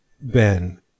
Ben